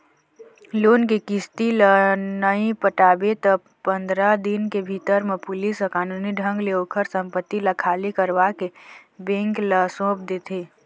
loan के किस्ती ल नइ पटाबे त पंदरा दिन के भीतर म पुलिस ह कानूनी ढंग ले ओखर संपत्ति ल खाली करवाके बेंक ल सौंप देथे